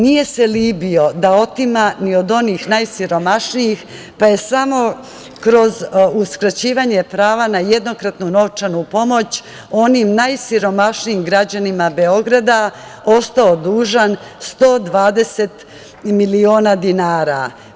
Nije se libio da otima ni od onih najsiromašnijih, pa je samo kroz uskraćivanje prava na jednokratnu novčanu pomoć onim najsiromašnijim građanima Beograda ostao dužan 120 miliona dinara.